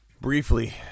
Briefly